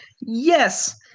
Yes